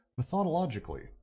methodologically